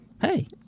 Hey